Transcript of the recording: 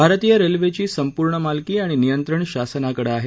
भारतीय रेल्वेची संपूर्ण मालकी आणि नियंत्रण शासनाकडं आहे